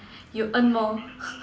you earn more